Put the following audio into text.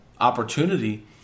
opportunity